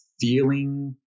feeling